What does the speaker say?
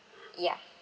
ya